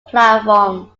platforms